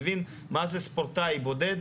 מבין מה זה ספורטאי בודד,